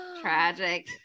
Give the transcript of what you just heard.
Tragic